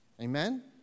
amen